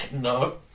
No